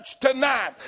tonight